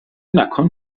مکان